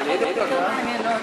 זה לגיטימי.